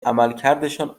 عملکردشان